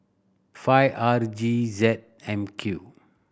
five R G Z M Q